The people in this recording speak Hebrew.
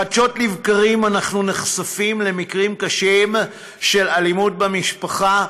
חדשות לבקרים אנחנו נחשפים למקרים קשים של אלימות במשפחה,